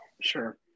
Sure